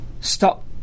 stop